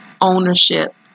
ownership